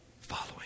following